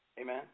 Amen